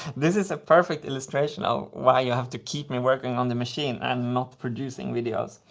this is a perfect illustration of why you have to keep me working on the machine and not producing videos.